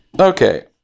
Okay